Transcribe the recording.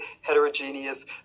heterogeneous